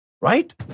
right